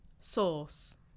Sauce